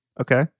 Okay